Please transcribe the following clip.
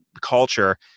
culture